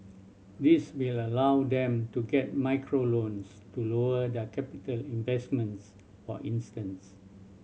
this will allow them to get micro loans to lower their capital investments for instance